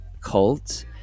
cult